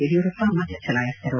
ಯಡಿಯೂರಪ್ಪ ಮತ ಚಲಾಯಿಸಿದರು